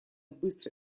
быстро